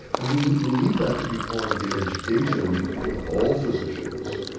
and we we need that to be part of the education of all physicians,